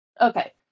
Okay